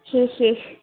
শেষ শেষ